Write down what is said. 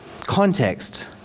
context